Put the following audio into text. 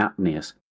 apneas